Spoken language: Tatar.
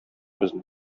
безне